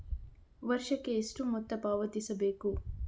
ವರ್ಷಕ್ಕೆ ಎಷ್ಟು ಮೊತ್ತ ಪಾವತಿಸಬೇಕು?